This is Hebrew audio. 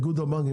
איגוד הבנקים,